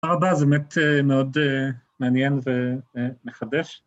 הבא זה באמת מאוד מעניין ומחדש.